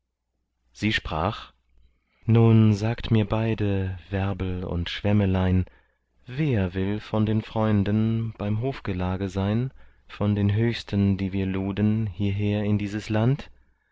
sie sprach nun sagt mir beide werbel und schwemmelein wer will von meinen freunden beim hofgelage sein von den höchsten die wir luden hierher in dieses land